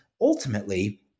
ultimately